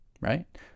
right